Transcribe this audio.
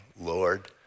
Lord